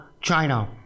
China